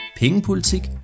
pengepolitik